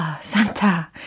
Santa